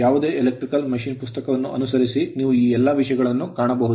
ಯಾವುದೇ electrical machine electrical machine ಪುಸ್ತಕವನ್ನು ಅನುಸರಿಸಿ ನೀವು ಈ ಎಲ್ಲಾ ವಿಷಯಗಳನ್ನು ಕಾಣಬಹುದು